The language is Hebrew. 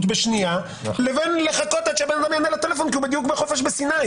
בשנייה לבין לחכות עד שבן אדם עונה לטלפון כי הוא בדיוק בחופש בסיני.